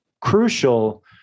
crucial